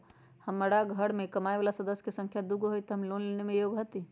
हमार घर मैं कमाए वाला सदस्य की संख्या दुगो हाई त हम लोन लेने में योग्य हती?